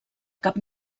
cap